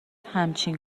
همچین